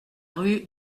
rue